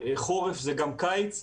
לחורף, זה גם לקיץ.